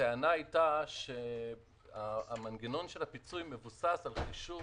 הטענה הייתה שמנגנון הפיצוי מבוסס על חישוב